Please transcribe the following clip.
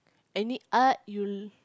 any art you'll